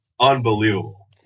unbelievable